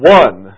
one